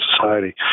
society